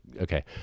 okay